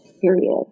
period